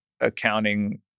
accounting